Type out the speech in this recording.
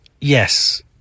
yes